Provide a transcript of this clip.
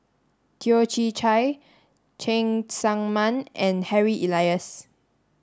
Toh Chin Chye Cheng Tsang Man and Harry Elias